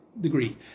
degree